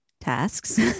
tasks